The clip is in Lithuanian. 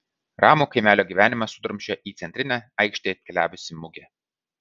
ramų kaimelio gyvenimą sudrumsčia į centrinę aikštę atkeliavusi mugė